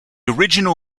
original